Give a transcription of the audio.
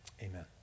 Amen